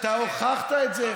אתה הוכחת את זה.